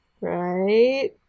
right